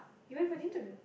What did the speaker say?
you went for the interview